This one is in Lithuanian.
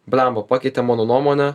bliamba pakeitė mano nuomonę